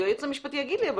היועץ המשפטי יגיד לי,